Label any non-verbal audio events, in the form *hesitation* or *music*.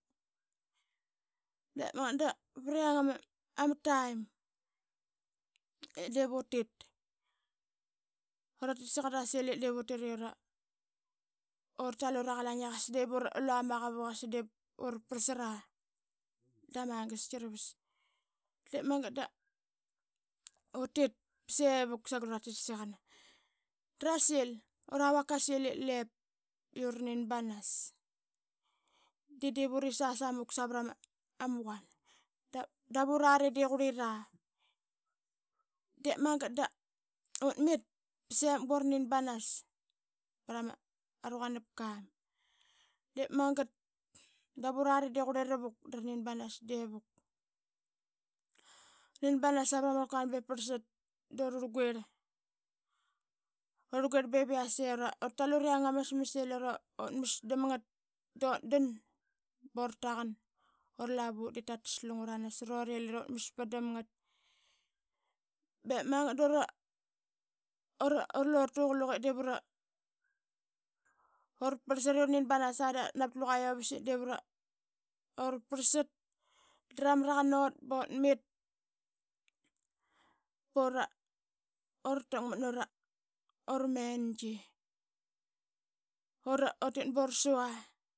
De magat da vriang ama taim ip diip utit ura tiksiqana rasil ip divutit i ura tal ura qalain i qasa diip ura lua maqavuk i qasa diip ura prlsara dama ngastki ravas. Diip magat da, utit ba sevuk sagal ura tiksiqana darasil, ura vak qasil ip lip iura nin banas de diip urit sasamuk savrama bura nin banas prama ruqunapkam, de magat dap urari de qurlira vuk dra nin banas de vuk. Uranin banas vrama opka be prlsat, da urarguirl urarguirl bevi yase ura tal ura yang ama smas i lira utmas dam ngat. Dut dan bura taqan ura lavu ip tatas lungra nasrut i lira utmas ba damngat. Be magat dura *hesitation* ura luqe diip ura prlsat i urnin banasa dap navat luqa uvas i divura ura prlsat. Dra mraqan ut but mit bura takmat nara mengi, ura utit ba ursua.